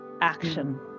action